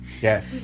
Yes